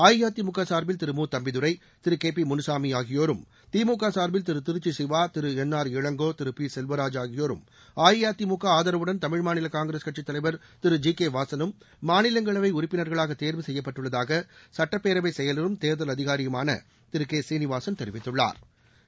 அஇஅதிமுக சா்பில் திரு மு Thambidurai Thiru K P Munusamy ஆகியோரும் திமுக சா்பில் Thiru Tiruchi Siva Thiru N R Elango Thiru P Selvaraj ஆகியோரும் அஇஅதிமுக ஆதரவுடன் தமிழ்மாநில காங்கிரஸ் கட்சித் தலைவர் திரு ஜி கே வாசனும் மாநிலங்களவை உறுப்பினர்களாக தேர்வு செய்யப்பட்டுள்ளதாக சட்டப்பேரவை செயலரும் தேர்தல் அதிகாரியுமான திரு கே ஸ்ரீநிவாசன் தெரிவித்துள்ளா்